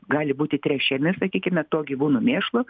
gali būti tręšiami sakykime tuo gyvūnų mėšlu